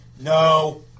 No